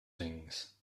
things